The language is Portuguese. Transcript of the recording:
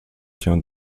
tinham